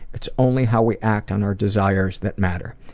it's only how we act on our desires that matter.